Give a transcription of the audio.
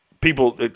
people